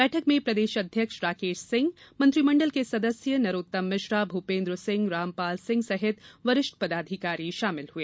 बैठक में प्रदेश अध्यक्ष राकेश सिंह मंत्रिमण्डल के सदस्य नरोत्तम मिश्रा भूपेन्द्र सिंह रामपाल सिंह सहित वरिष्ठ पदाधिकारी शामिल हुए